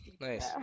Nice